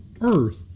earth